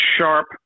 sharp